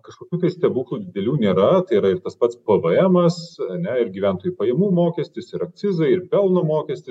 kažkokių tai stebuklų didelių nėra tai yra ir tas pats pvmas ane ir gyventojų pajamų mokestis ir akcizai ir pelno mokestis